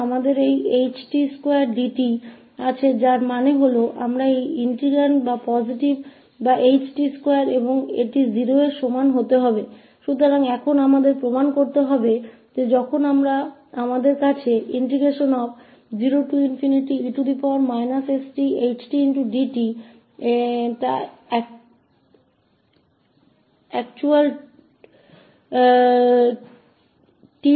तो हमारे पास यह h2dt है और जिसका अर्थ है कि हमारे पास यह सकारात्मक या h2 इंटीग्रैंड में है और इसका मतलब यह होगा कि इस इंटीग्रल को 0 के बराबर रखने के लिए इसे समान रूप से 0 होना चाहिए